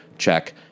check